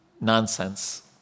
nonsense